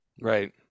Right